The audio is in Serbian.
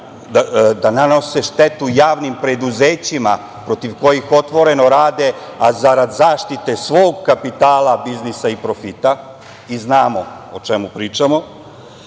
da nanose štetu javnim preduzećima protiv otvoreno rade, a zarad zaštite svog kapitala, biznisa i profita. Znamo o čemu pričamo. Ti